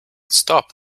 stop